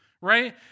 right